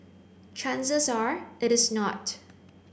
chances are it is not